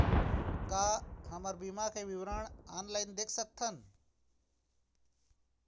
का हमर बीमा के विवरण ऑनलाइन देख सकथन?